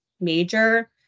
major